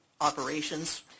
operations